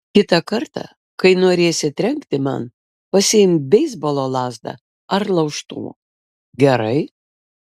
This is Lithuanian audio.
kitą kartą kai norėsi trenkti man pasiimk beisbolo lazdą ar laužtuvą gerai